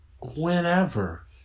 whenever